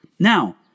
Now